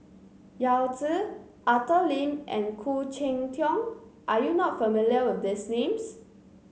Yao Zi Arthur Lim and Khoo Cheng Tiong are you not familiar with these names